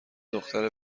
دختر